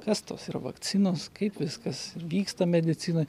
kas tos yra vakcinos kaip viskas vyksta medicinoj